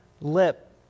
lip